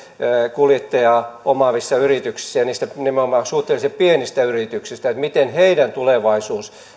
kuljettajaa omaavista yrityksistä nimenomaan niistä suhteellisen pienistä yrityksistä miten heidän tulevaisuutensa